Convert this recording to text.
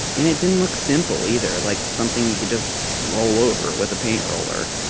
and it didn't look simple either, like something you could just roll over with a paint roller.